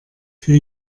für